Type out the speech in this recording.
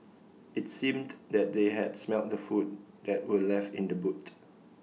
IT seemed that they had smelt the food that were left in the boot